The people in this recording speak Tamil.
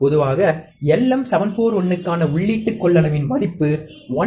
பொதுவாக LM741 க்கான உள்ளீட்டு கொள்ளளவின் மதிப்பு 1